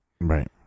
Right